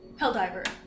Helldiver